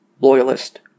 loyalist